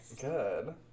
Good